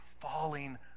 falling